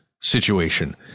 situation